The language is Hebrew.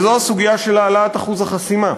וזו הסוגיה של העלאת אחוז החסימה.